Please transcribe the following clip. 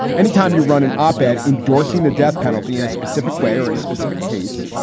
any time you run an op ed endorsing the death penalty in a specific way or in a specific case,